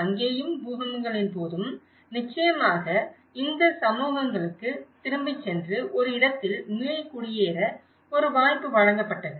அங்கேயும் பூகம்பங்களின் போதும் நிச்சயமாக இந்த சமூகங்களுக்கு திரும்பிச் சென்று ஒரு இடத்தில் மீள்குடியேற ஒரு வாய்ப்பு வழங்கப்பட்டது